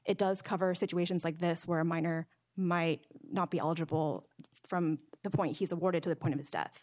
it does cover situations like this where a minor might not be eligible for the point he's awarded to the point of his death